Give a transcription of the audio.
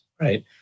right